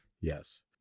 Yes